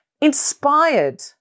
inspired